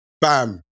Bam